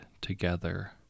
together